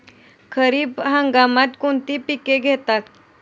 खरीप हंगामात कोणती पिके घेतात?